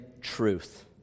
truth